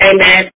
Amen